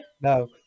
no